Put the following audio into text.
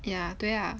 ya 对 ah